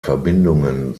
verbindungen